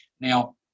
Now